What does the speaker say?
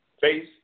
face